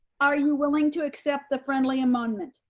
are you willing to accept the friendly amendment?